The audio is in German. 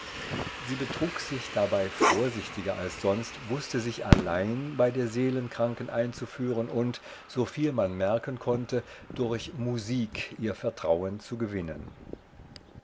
sie betrug sich dabei vorsichtiger als sonst wußte sich allein bei der seelenkranken einzuführen und soviel man merken konnte durch musik ihr vertrauen zu gewinnen